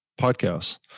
podcasts